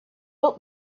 old